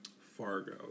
Fargo